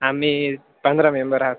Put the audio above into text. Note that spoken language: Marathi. आम्ही पंधरा मेंबर आहोत